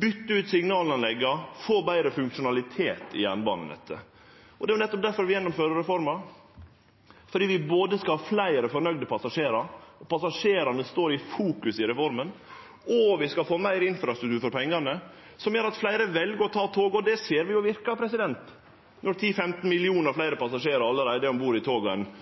bytte ut signalanlegga og å få betre funksjonalitet i jernbanenettet. Det er nettopp difor vi gjennomfører reforma, fordi vi både skal ha fleire fornøgde passasjerar, passasjerane står i fokus i reforma, og vi skal få meir infrastruktur for pengane, som gjer at fleire vel å ta tog. Det ser vi jo verkar når 10–15 millionar fleire passasjerar allereie er om bord i